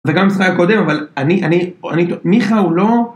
זה גם בשיחה הקודמת, אבל אני, אני, אני, מיכא הוא לא...